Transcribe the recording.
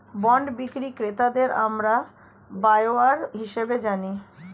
bond বিক্রি ক্রেতাদের আমরা বরোয়ার হিসেবে জানি